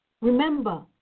remember